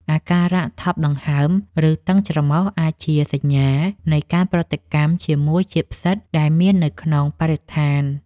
អាការៈថប់ដង្ហើម ឬតឹងច្រមុះអាចជាសញ្ញានៃការប្រតិកម្មជាមួយជាតិផ្សិតដែលមាននៅក្នុងបរិស្ថាន។